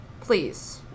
Please